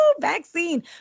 vaccine